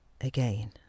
Again